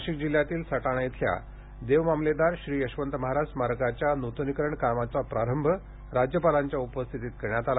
नाशिक जिल्ह्यातील सटाणा इथल्या देवमामलेदार श्री यशवंत महाराज स्मारकाच्या न्तनीकरण कामाचा प्रारंभ काल राज्यपालांच्या उपस्थितीत करण्यात आला